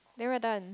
then we're done